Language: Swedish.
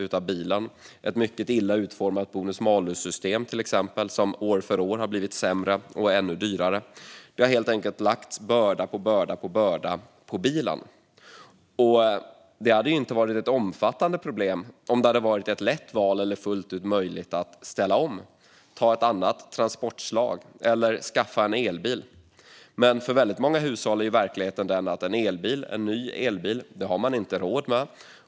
Det gäller till exempel ett mycket illa utformat bonus malus-system som år för år har blivit sämre och ännu dyrare. Det har helt enkelt lagts börda på börda på bilen. Det hade inte varit ett omfattande problem om det hade varit ett lätt val eller fullt ut möjligt att ställa om och ta ett annat transportslag eller skaffa en elbil. Men för väldigt många hushåll är verkligheten den att en ny elbil har man inte råd med.